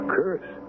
curse